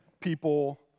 people